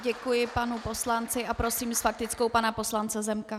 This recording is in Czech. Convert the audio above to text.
Děkuji panu poslanci a prosím s faktickou pana poslance Zemka.